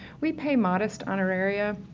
we pay modest honoraria,